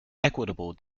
equitable